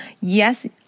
yes